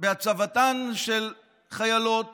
בהצבתן של חיילות